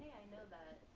i know that,